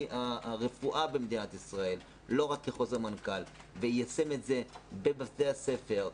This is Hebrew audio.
הרפואה במדינת ישראל לא רק כחוזר מנכ"ל ויישם את זה בבתי הספר.